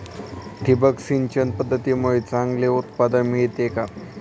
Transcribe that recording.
ठिबक सिंचन पद्धतीमुळे चांगले उत्पादन मिळते का?